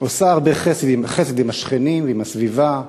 עושה הרבה חסד עם השכנים ועם הסביבה,